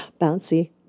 Bouncy